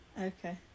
Okay